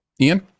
Ian